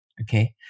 Okay